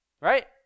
Right